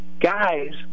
Guys